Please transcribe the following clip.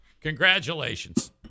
congratulations